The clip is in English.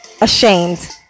ashamed